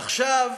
עכשיו